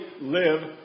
live